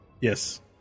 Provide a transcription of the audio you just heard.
Yes